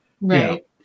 Right